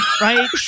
right